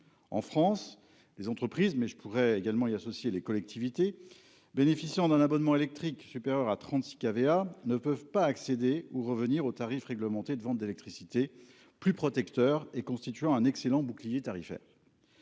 en France les entreprises mais je pourrais également y associer les collectivités bénéficiant d'un abonnement électrique supérieure à 36 qui avait ah ne peuvent pas accéder ou revenir au tarif réglementé de vente d'électricité plus protecteur et constituant un excellent bouclier tarifaire.